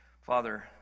Father